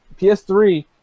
PS3